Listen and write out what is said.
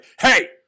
hey